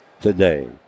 today